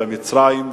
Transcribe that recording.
מצרים,